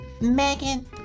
Megan